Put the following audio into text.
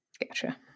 Gotcha